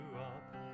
up